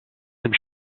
some